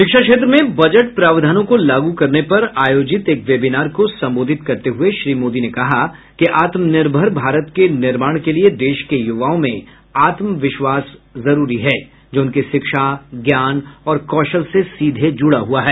शिक्षा क्षेत्र में बजट प्रावधानों को लागू करने पर आयोजित एक वेबीनार को संबोधित करते हुए श्री मोदी ने कहा कि आत्मनिर्भर भारत के निर्माण के लिए देश के युवाओं में आत्मविश्वास जरूरी है जो उनकी शिक्षा ज्ञान और कौशल से सीधे जुडा हुआ है